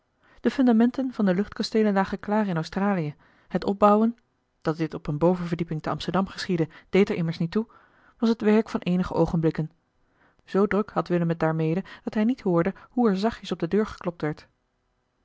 de fundamenten van de luchtkasteelen lagen klaar in australie het opbouwen dat dit op eene bovenverdieping te amsterdam geschiedde deed er immers niet toe was het werk van eenige oogenblikken zoo druk had willem het daarmede dat hij niet hoorde hoe er zacht op de deur geklopt werd